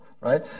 right